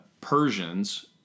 Persians